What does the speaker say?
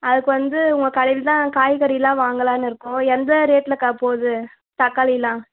அதுக்கு வந்து உங்கள் கடையில தான் காய்கறியெலாம் வாங்கலாம்னு இருக்கோம் எந்த ரேட்லைக்கா போகுது தக்காளியெலாம்